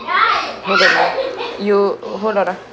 you hold on ah